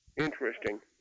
Interesting